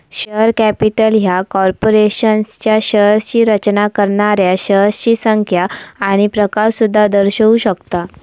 share capital ह्या कॉर्पोरेशनच्या शेअर्सची रचना करणाऱ्या शेअर्सची संख्या आणि प्रकार सुद्धा दर्शवू शकता